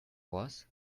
was